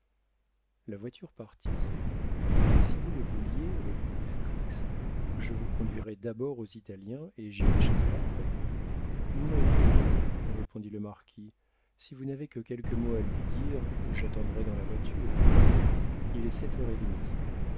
la voiture partit mais si vous le vouliez reprit béatrix je vous conduirais d'abord aux italiens et j'irais chez elle après non répondit le marquis si vous n'avez que quelques mots à lui dire j'attendrai dans la voiture il est sept heures et demie